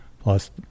plus